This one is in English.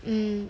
mm